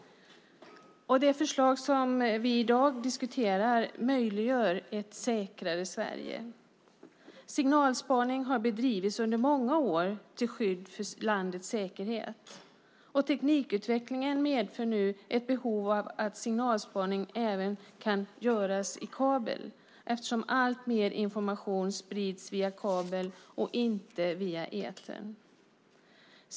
Det förslag som vi i dag diskuterar möjliggör ett säkrare Sverige. Signalspaning har bedrivits under många år till skydd för landets säkerhet. Teknikutvecklingen medför nu ett behov av att signalspaning även kan göras i kabel eftersom alltmer information sprids via kabel och inte via etern.